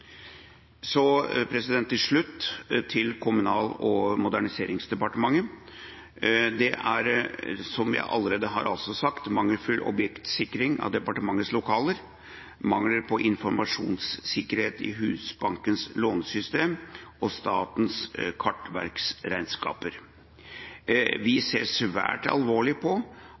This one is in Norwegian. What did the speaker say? Til slutt til Kommunal- og moderniseringsdepartementet: Som jeg allerede har sagt, dreier det seg om mangelfull objektsikring av departementenes lokaler, mangler på informasjonssikkerhet i Husbankens lånesystem og Statens kartverks regnskaper. Vi ser svært alvorlig på